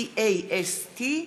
VAST,